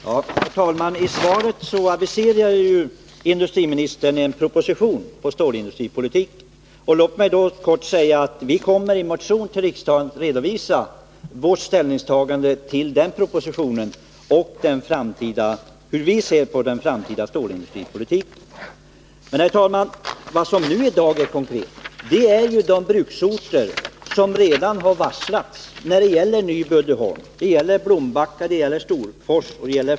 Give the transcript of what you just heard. Herr talman! I svaret aviserade industriministern en proposition beträffande stålindustripolitiken. Låt mig helt kort säga att vi i motion till riksdagen kommer att redovisa vårt ställningstagande till denna proposition. I motionen kommer vi att redovisa hur vi ser på den framtida stålindustripolitiken. Herr talman! Vad som i dag är aktuellt är ju varslen vid de här bruksorterna. Det gäller Nyby Uddeholm, Blombacka, Storfors och andra.